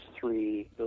three